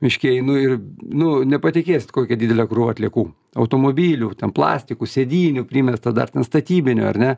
miške einu ir nu nepatikėsit kokia didelė krūva atliekų automobilių ten plastikų sėdynių primesta dar ten statybinių ar ne